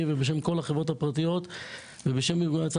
ובשם כל החברות הפרטיות ובשם ארגוני ההצלה,